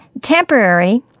temporary